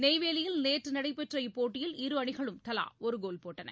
நெய்வேலியில் நேற்று நடைபெற்ற இப்போட்டியில் இரு அணிகளும் தலா ஒரு கோல் போட்டன